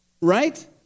right